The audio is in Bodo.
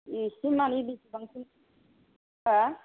इसे मानि बेसेबांसिम मा